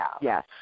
Yes